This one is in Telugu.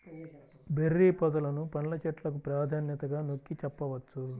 బెర్రీ పొదలను పండ్ల చెట్లకు ప్రాధాన్యతగా నొక్కి చెప్పవచ్చు